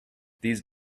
these